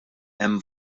hemm